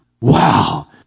Wow